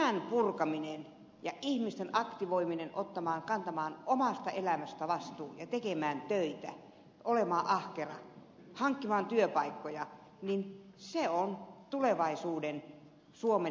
ja tämän purkaminen ja ihmisten aktivoiminen kantamaan vastuu omasta elämästään ja tekemään töitä olemaan ahkera hankkimaan työpaikkoja se on tulevaisuuden suomen visio